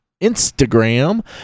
Instagram